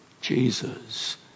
jesus